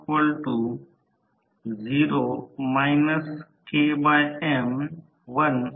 आता मध्यांतर 10 तासांचे भार 3 0